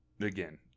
again